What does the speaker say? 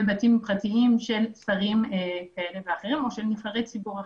בתים פרטים של שרים כאלה ואחרים או של נבחרי ציבור אחרים.